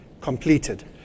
completed